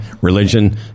religion